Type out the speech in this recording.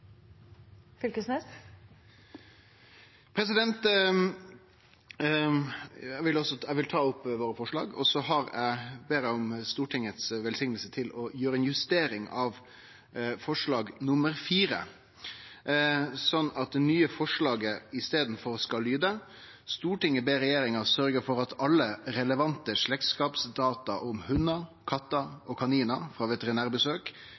mål. Eg vil ta opp våre forslag. Så ber eg om Stortingets velsigning til å gjere ei justering av forslag nr. 4, slik at det nye forslaget i staden skal lyde: «Stortinget ber regjeringen sørge for at alle relevante slektskapsdata om hunder, katter og kaniner fra veterinærbesøk